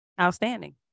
outstanding